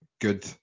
good